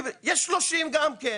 כי יש 30 גם כן,